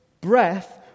breath